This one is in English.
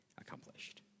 accomplished